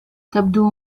تبدو